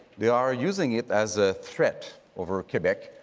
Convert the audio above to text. they are using it as a threat over ah quebec,